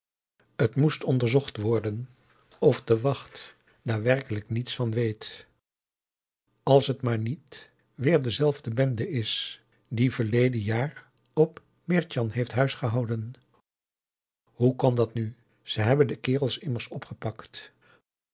t moest onderzocht worden of de wacht daar werkelijk niets van weet als t maar niet weer dezelfde bende is die verleden jaar op mritjan heeft huisgehouden hoe kan dat nu ze hebben de kerels immers opgepakt